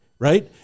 right